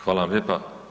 Hvala vam lijepa.